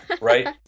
right